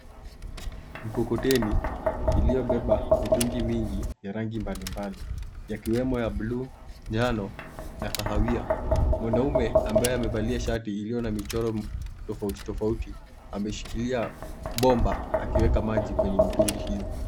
Mkokoteni iliyoebeba mitungi mingi ya rangi mbalimbali, yakiwemo ya blue, njano na kahawia. Mwanaume ambaye amevalia shati iliyo na michoro tofauti tofauti ameshikilia bomba akiweka maji kwenye mitungi hiyo.